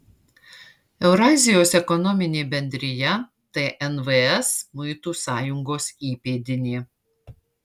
eurazijos ekonominė bendrija tai nvs muitų sąjungos įpėdinė